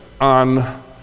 on